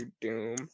Doom